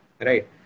right